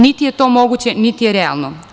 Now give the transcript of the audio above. Niti je to moguće, niti je to realno.